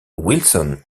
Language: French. wilson